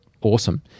awesome